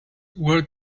were